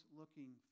looking